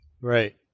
Right